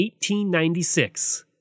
1896